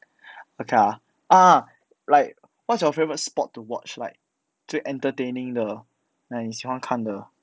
okay ah ah like what is your favourote sport to watch like 最 entertaining 的 like 你喜欢看的